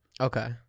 Okay